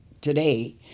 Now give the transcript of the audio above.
today